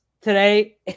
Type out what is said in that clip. today